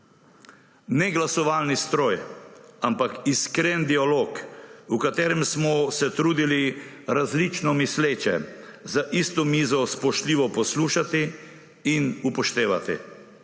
Ne glasovalni stroj, ampak iskren dialog, v katerem smo se trudili različno misleče za isto mizo spoštljivo poslušati in upoštevati.